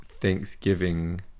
Thanksgiving